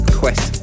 quest